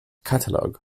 catalogue